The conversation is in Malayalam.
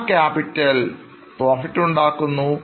ആ ക്യാപിറ്റൽ പ്രോഫിറ്റ് ഉണ്ടാക്കുന്നു